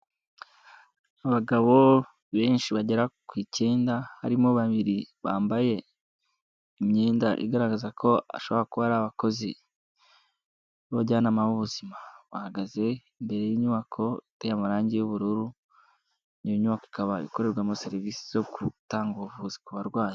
Abagabo benshi bagera ku icyenda, harimo babiri bambaye imyenda igaragaza ko ashobora kuba ari abakozi b'abajyanama b'ubuzima, bahagaze imbere y'inyubako iteye y'amarangi y'ubururu, iyo nyubako ikaba ikorerwamo serivisi zo gutanga ubuvuzi ku barwayi.